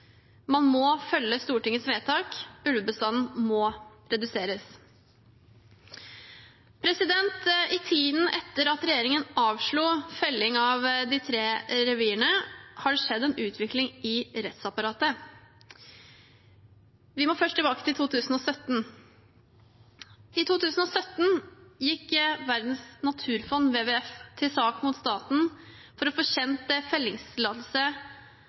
man må følge Stortingets vedtak, ulvebestanden må reduseres. I tiden etter at regjeringen avslo felling av de tre revirene, har det skjedd en utvikling i rettsapparatet. Vi må først tilbake til 2017. I 2017 gikk Verdens naturfond, WWF, til sak mot staten for å få kjent fellingstillatelse